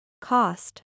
Cost